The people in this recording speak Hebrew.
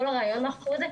כל הרעיון שעומד מאחורי זה,